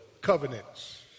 covenants